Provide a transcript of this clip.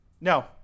No